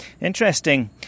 Interesting